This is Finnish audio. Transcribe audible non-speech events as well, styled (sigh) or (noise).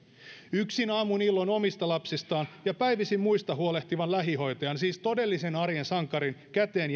yksin aamuin illoin omista lapsistaan ja päivisin muista huolehtivan lähihoitajan siis todellisen arjen sankarin käteen (unintelligible)